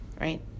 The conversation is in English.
right